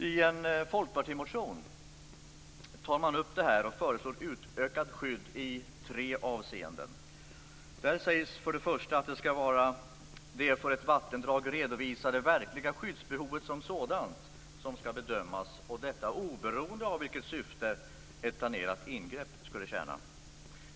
I en folkpartimotion tar man upp detta och föreslår utökat skydd i följande tre avseenden: För det första ska det vara det för ett vattendrag redovisade verkliga skyddsbehovet som sådant som ska bedömas, detta oberoende av vilket syfte ett planerat ingrepp skulle tjäna.